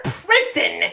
prison